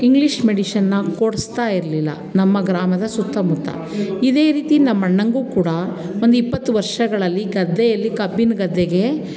English ಮೆಡಿಶನ್ನ ಕೊಡಿಸ್ತಾ ಇರಲಿಲ್ಲ ನಮ್ಮ ಗ್ರಾಮದ ಸುತ್ತಮುತ್ತ ಇದೇ ರೀತಿ ನಮ್ಮಣ್ಣನಿಗೂ ಕೂಡ ಒಂದು ಇಪ್ಪತ್ತು ವರ್ಷಗಳಲ್ಲಿ ಗದ್ದೆಯಲ್ಲಿ ಕಬ್ಬಿನ ಗದ್ದೆಗೆ